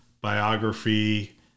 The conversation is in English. biography